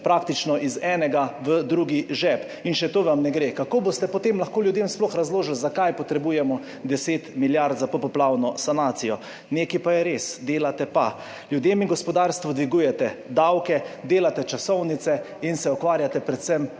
praktično iz enega v drugi žep. In še to vam ne gre. Kako boste potem lahko ljudem sploh razložili, zakaj potrebujemo 10 milijard za popoplavno sanacijo? Nekaj pa je res. Delate pa. Ljudem in gospodarstvu dvigujete davke, delate časovnice in se ukvarjate predvsem